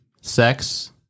sex